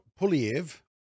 Puliev